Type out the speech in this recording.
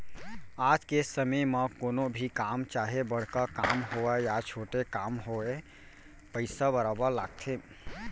आज के समे म कोनो भी काम चाहे बड़का काम होवय या छोटे काम होवय पइसा बरोबर लगथे